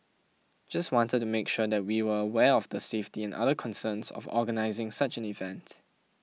just wanted to make sure that we were aware of the safety and other concerns of organising such an event